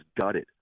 gutted